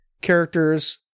characters